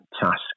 task